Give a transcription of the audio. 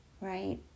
right